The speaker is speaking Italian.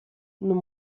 non